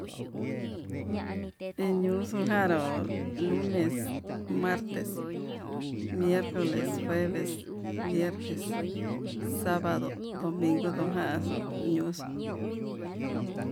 Teñuxu janruu lunes, martes, miercoles, jueves, viernes, sabado, domigo, dujaxu ñuxo.